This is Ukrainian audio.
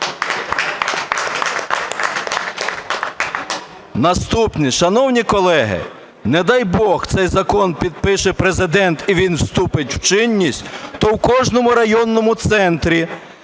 Наступне. Шановні колеги! Не дай Бог, цей закон підпише Президент, і він вступить в чинність, то у кожному районному центрі